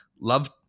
Love